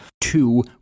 two